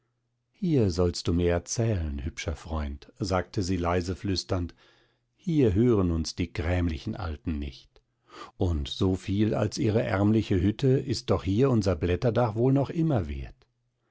hier sollst du mir erzählen hübscher freund sagte sie leise flüsternd hier hören uns die grämlichen alten nicht und so viel als ihre ärmliche hütte ist doch hier unser blätterdach wohl noch immer wert